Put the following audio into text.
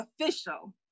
Official